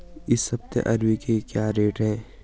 इस हफ्ते अरबी के क्या रेट हैं?